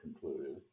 concluded